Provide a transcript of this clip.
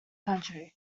country